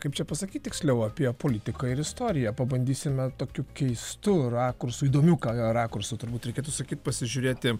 kaip čia pasakyt tiksliau apie politiką ir istoriją pabandysime tokiu keistu rakursu įdomiu rakursu turbūt reikėtų sakyt pasižiūrėti